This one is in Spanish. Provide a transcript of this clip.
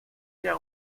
era